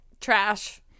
Trash